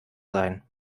sein